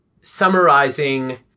summarizing